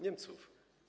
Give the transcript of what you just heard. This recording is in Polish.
Niemców.